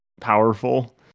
powerful